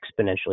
exponentially